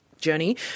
journey